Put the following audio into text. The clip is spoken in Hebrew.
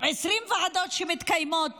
ש-20 ועדות מתקיימות